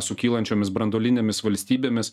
su kylančiomis branduolinėmis valstybėmis